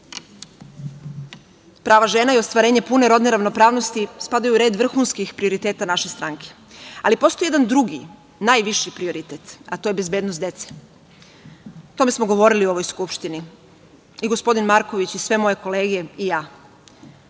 tako. Prava žena i ostvarenje pune rodne ravnopravnosti spadaju u red vrhunskih prioriteta naše stranke, ali postoji jedan drugi najviši prioritet, a to je bezbednost dece. O tome smo govorili u ovoj Skupštini i gospodin Marković, sve moje kolege i ja. Mi